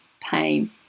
pain